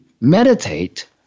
meditate